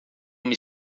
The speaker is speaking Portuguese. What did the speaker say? uma